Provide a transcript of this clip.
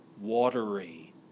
watery